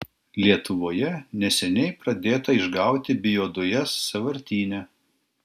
lietuvoje neseniai pradėta išgauti biodujas sąvartyne